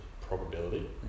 probability